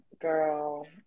girl